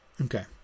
Okay